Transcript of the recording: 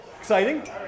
Exciting